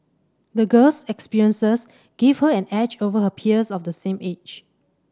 the girl's experiences give her an edge over her peers of the same age